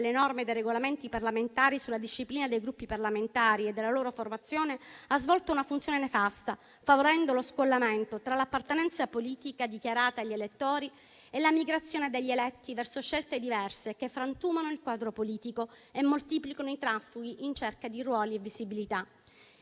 delle norme e dei Regolamenti parlamentari sulla disciplina dei Gruppi parlamentari e della loro formazione ha svolto una funzione nefasta, favorendo lo scollamento tra l'appartenenza politica dichiarata agli elettori e la migrazione degli eletti verso scelte diverse che frantumano il quadro politico e moltiplicano i transfughi in cerca di ruoli e visibilità.